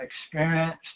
experienced